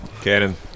Cannon